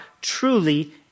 truly